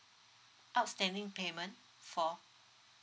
outstanding payment for